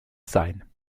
sein